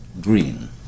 green